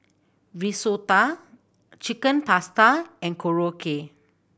Risotto Chicken Pasta and Korokke